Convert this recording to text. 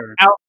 out